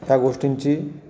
त्या गोष्टींची